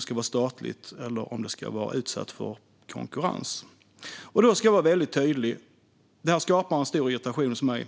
ska vara statligt eller utsatt för konkurrens. Jag ska vara väldigt tydlig. Det skapar en stor irritation hos mig.